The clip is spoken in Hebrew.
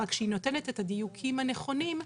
רק שהיא נותנת את הדיוקים הנכונים.